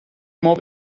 مبل